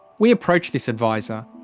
we approached this adviser.